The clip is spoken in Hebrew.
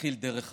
להתחיל דרך חדשה.